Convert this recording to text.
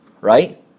right